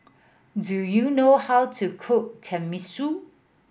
do you know how to cook Tenmusu